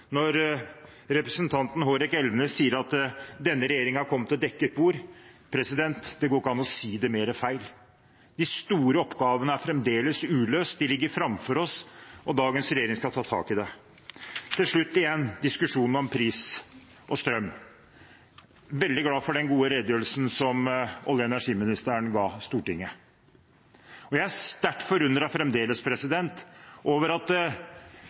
Representanten Hårek Elvenes sa at denne regjeringen kom til dekket bord. Det går ikke an å si det mer feil. De store oppgavene er fremdeles uløst. De ligger framfor oss, og dagens regjering skal ta tak i det. Til slutt igjen til diskusjonen om pris og strøm: Jeg er veldig glad for den gode redegjørelsen olje- og energiministeren ga Stortinget. Jeg er sterkt forundret fremdeles over at